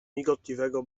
migotliwego